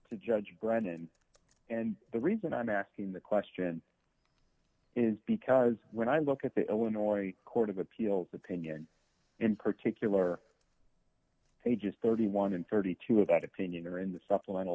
to judge granted and the reason i'm asking the question is because when i look at the illinois court of appeals opinion in particular pages thirty one and thirty two of that opinion or in the supplemental